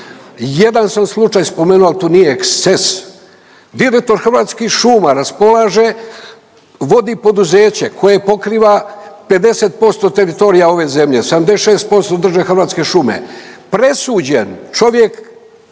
Jedan sam slučaj spomenuo, al to nije eksces. Direktor Hrvatskih šuma raspolaže, vodi poduzeće koje pokriva 50% teritorija ove zemlje, 76% drže Hrvatske šume, presuđen čovjek,